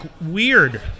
weird